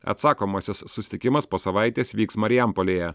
atsakomasis susitikimas po savaitės vyks marijampolėje